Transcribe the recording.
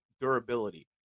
durability